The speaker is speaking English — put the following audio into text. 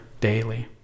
daily